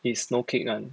is no kick [one]